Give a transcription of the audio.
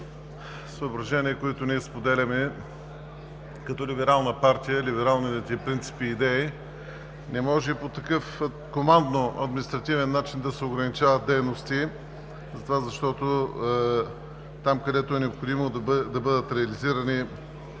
съображения, които ние, като либерална партия, споделяме – либералните принципи и идеи. Не може по такъв командно административен начин да се ограничават дейности, защото там, където е необходимо да бъдат реализирани